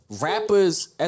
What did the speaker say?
rappers